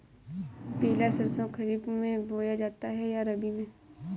पिला सरसो खरीफ में बोया जाता है या रबी में?